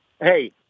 hey